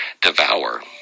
devour